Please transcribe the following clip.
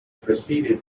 preceded